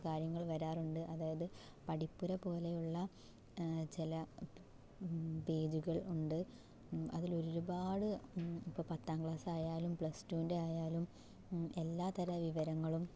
കാര്യങ്ങൾ വരാറുണ്ട് അതായത് പഠിപ്പുരപ്പോലെയുള്ള ചില ഇപ്പ പേജുകൾ ഉണ്ട് അതിൽ ഒരുപാട് ഇപ്പോൾ പത്താം ക്ലാസ് ആയാലും പ്ലസ്ടുൻ്റെ ആയാലും എല്ലാത്തര വിവരങ്ങളും